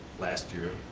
last year,